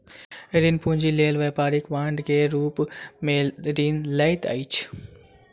ऋण पूंजी लेल व्यापारी बांड के रूप में ऋण लैत अछि